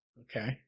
Okay